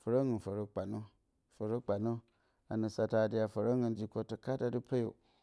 fǝrǝngɨn fǝrǝ kpanǝ, fǝrǝ kpanǝ, a nǝ satǝ atɨ, a fǝrǝngɨn, ji kottǝ kat a dɨ peyo.